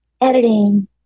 editing